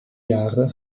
jahre